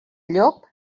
llop